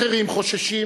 אחרים חוששים